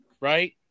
right